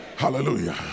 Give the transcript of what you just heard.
Hallelujah